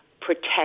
protect